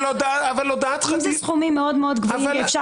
אם אלה סכומים מאוד מאוד גבוהים ואפשר